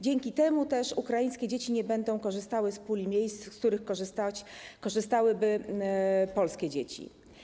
Dzięki temu też ukraińskie dzieci nie będą korzystały z puli miejsc, z których korzystałyby polskie dzieci.